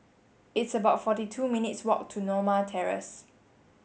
it's about forty two minutes' walk to Norma Terrace